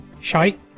Shite